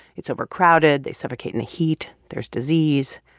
it's overcrowded. they suffocate in the heat. there's disease.